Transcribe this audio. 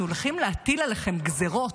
אנחנו הולכים להטיל עליכם גזרות,